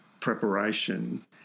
preparation